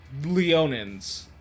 Leonins